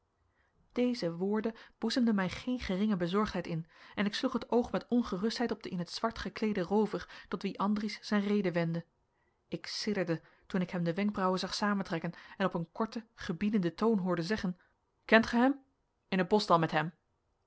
deze woorden boezemden mij geen geringe bezorgdheid in en ik sloeg het oog met ongerustheid op den in t zwart gekleeden roover tot wien andries zijn rede wendde ik sidderde toen ik hem de wenkbrauwen zag samentrekken en op een korten gebiedenden toon hoorde zeggen kent gij hem in t bosch dan met hem